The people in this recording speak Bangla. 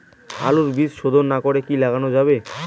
আলুর বীজ শোধন না করে কি লাগানো যাবে?